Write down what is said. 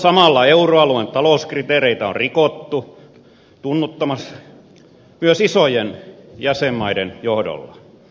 samalla euroalueen talouskriteereitä on rikottu tunnottomasti myös isojen jäsenmaiden johdolla